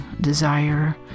desire